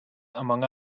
among